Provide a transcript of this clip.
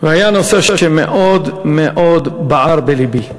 היה נושא שמאוד מאוד בער בלבי,